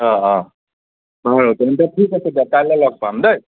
অ' অ' হয় হয় তেন্তে ঠিক আছে দিয়ক কাইলৈ লগ পাম দেই